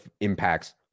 impacts